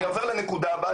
אני עובר לנקודה הבאה,